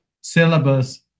syllabus